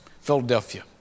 Philadelphia